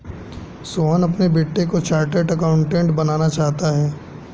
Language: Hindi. सोहन अपने बेटे को चार्टेट अकाउंटेंट बनाना चाहता है